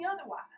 otherwise